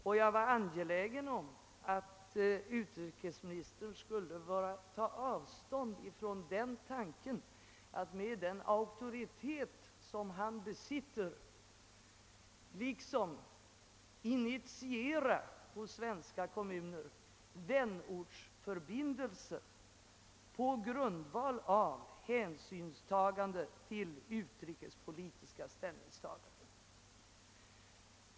Jag var därför angelägen om att utrikesministern skulle ta avstånd från tanken att han, med den auktoritet som han besitter, så att säga hos svenska kommuner skulle initiera vänortsförbindelser på grundval av hänsynstagande till utrikespolitiska ställningstaganden.